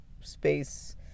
space